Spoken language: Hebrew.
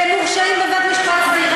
והם מורשעים בבית-משפט צבאי.